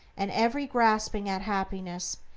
and every grasping at happiness,